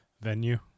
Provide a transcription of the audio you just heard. venue